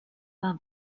war